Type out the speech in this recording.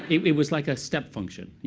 it was like a step function.